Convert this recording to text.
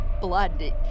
blood